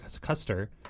Custer